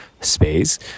space